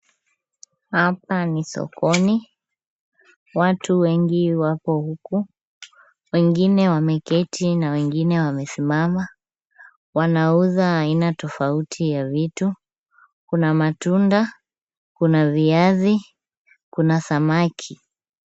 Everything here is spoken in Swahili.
Hapa ni sokoni, watu wengi wako huku, wengine wameketi na wengine wamesimama, wanauza aina tofauti ya vitu, kuna matunda, kuna viazi, kuna samaki.